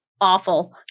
awful